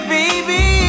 baby